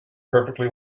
perfectly